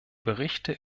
berichte